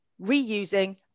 reusing